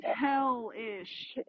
hell-ish